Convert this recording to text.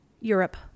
Europe